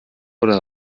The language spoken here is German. oder